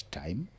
time